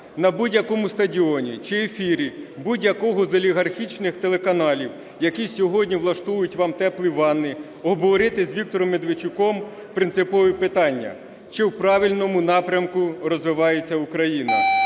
на будь-якому стадіоні чи ефірі будь-якого з олігархічних телеканалів, які сьогодні влаштовують вам "теплі ванни", обговорити з Віктором Медведчуком принципові питання: чи в правильному напрямку розвивається Україна;